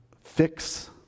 fix